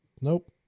nope